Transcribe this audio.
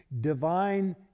divine